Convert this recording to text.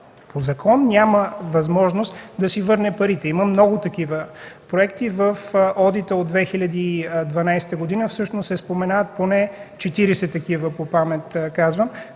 фондът няма възможност да си върне парите. Има много такива проекти в одита от 2012 г., всъщност се споменават поне 40 такива, по памет казвам.